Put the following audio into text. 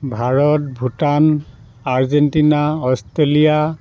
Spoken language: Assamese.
Bharat Bhutan Argentina Australia